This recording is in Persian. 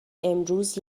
امروز